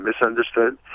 misunderstood